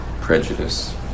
prejudice